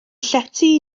llety